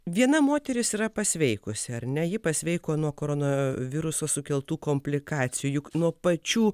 viena moteris yra pasveikusi ar ne ji pasveiko nuo koronaviruso sukeltų komplikacijų juk nuo pačių